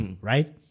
right